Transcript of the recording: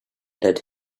that